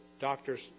doctors